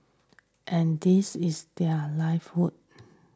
and this is their